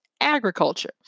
Agriculture